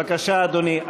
בבקשה, אדוני.